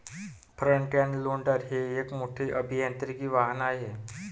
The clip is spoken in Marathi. फ्रंट एंड लोडर हे एक मोठे अभियांत्रिकी वाहन आहे